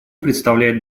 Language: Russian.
представляет